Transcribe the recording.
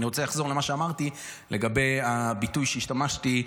אני רוצה לחזור למה שאמרתי לגבי הביטוי שהשתמשתי בו,